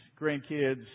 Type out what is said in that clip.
grandkids